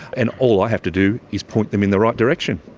and all i have to do is point them in the right direction.